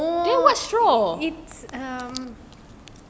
it's um